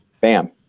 bam